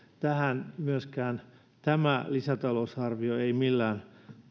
tähän myöskään tämä lisätalousarvio ei millään